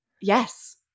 yes